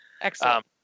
Excellent